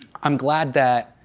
i'm glad that